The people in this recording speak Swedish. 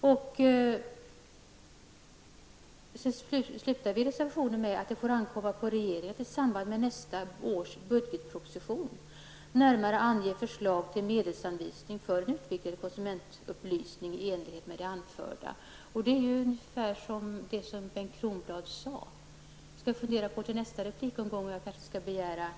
Vi avslutar reservationen med att det får ankomma på regeringen att i samband med nästa års budgetproposition närmare ange förslag till medelsanvisning för en utvidgad konsumentupplysning i enlighet med det som anförs i reservationen. Det är ungefär detsamma som Bengt Kronblad sade. Jag skall fundera till nästa replikomgång om jag skall